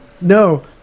No